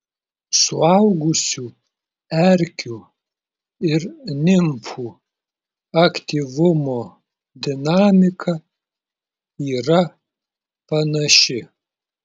suaugusių erkių ir nimfų aktyvumo dinamika yra panaši